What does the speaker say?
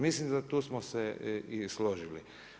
Mislim da tu smo se i složili.